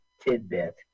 tidbit